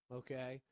okay